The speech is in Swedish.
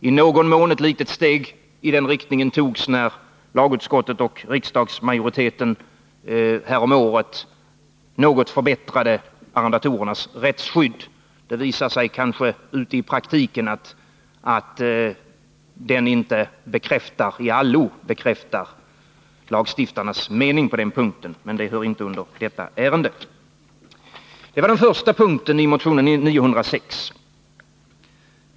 I någon mån togs ett litet steg i den riktningen när lagutskottet och riksdagsmajoriteten häromåret något förbättrade arrendatorernas rättsskydd. Det visar sig kanske att praktiken inte i allo bekräftar lagstiftarnas mening på den punkten, men det hör inte till detta ärende. Det var den första punkten i motion 906.